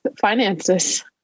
finances